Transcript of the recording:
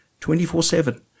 24-7